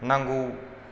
नांगौ